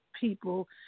people